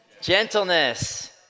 gentleness